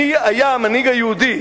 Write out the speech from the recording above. מי היה המנהיג היהודי,